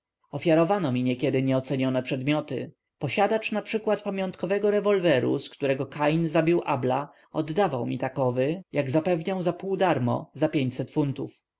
ofiarowywano mi niekiedy nieocenione przedmioty posiadacz np pamiątkowego rewolweru z którego kain zabił abla oddawał mi takowy jak zapewniał za pół darmo za pięćset funtów